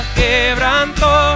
quebrantó